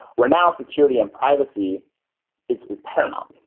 where now security and privacy is is paramount,